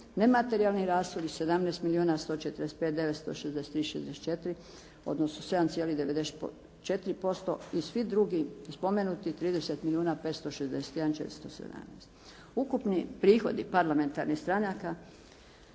nematerijalni rashodi 17 milijuna 145 963 64, odnosno 7,94% i svi drugi spomenuti 30 milijuna 561 417. Ukupni prihodi parlamentarnih stranaka